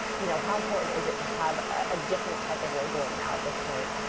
you know how important is it to have a different type of labeling now at this point?